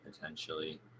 potentially